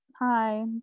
Hi